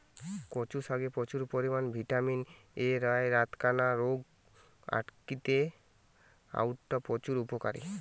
কচু শাকে প্রচুর পরিমাণে ভিটামিন এ রয়ায় রাতকানা রোগ আটকিতে অউটা প্রচুর উপকারী